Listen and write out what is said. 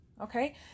Okay